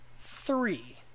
three